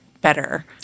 better